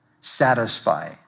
satisfy